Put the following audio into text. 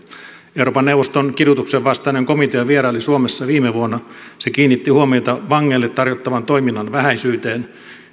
euroopan neuvoston kidutuksen vastainen komitea vieraili suomessa viime vuonna se kiinnitti huomiota vangeille tarjottavan toiminnan vähäisyyteen